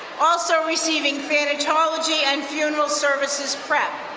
also receiving thanatology and funeral services prep.